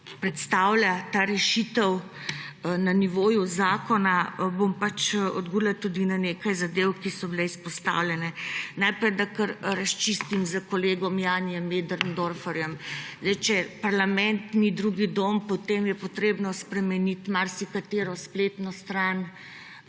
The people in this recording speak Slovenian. predstavlja ta rešitev na nivoju zakona, bom pa odgovorila na nekaj zadev, ki so bile izpostavljene. Najprej naj razčistim s kolegom Janijem Möderndorferjem. Če parlament nima drugega doma, potem je treba spremeniti marsikatero spletno stran